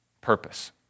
purpose